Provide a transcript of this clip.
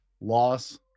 Loss